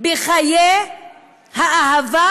בחיי האהבה,